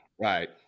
right